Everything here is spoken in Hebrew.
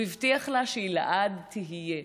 הוא הבטיח לה שהיא לעד תהיה,